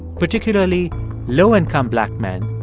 particularly low-income black men,